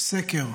סקר,